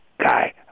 guy